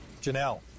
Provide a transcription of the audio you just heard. Janelle